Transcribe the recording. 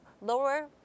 lower